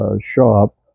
shop